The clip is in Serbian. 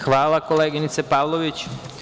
Hvala, koleginice Pavlović.